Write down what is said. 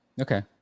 Okay